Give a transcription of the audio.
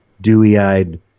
dewy-eyed